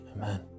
Amen